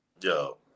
Yo